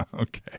okay